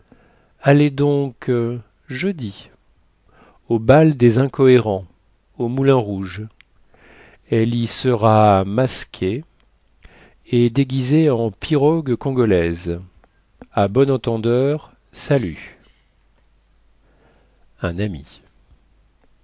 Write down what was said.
allez donc jeudi au bal des incohérents au moulinrouge elle y sera masquée et déguisée en pirogue congolaise à bon entendeur salut un ami